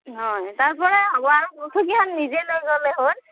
হয় তাৰ পৰাই হ'ব আৰু চকীখন নিজেই লৈ গ'লেই হ'ল